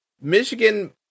Michigan